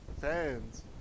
fans